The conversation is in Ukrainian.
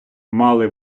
мали